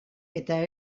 eta